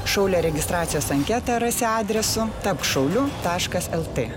šaulio registracijos anketą rasi adresu tapk šauliu taškas lt